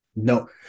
No